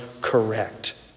correct